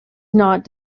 not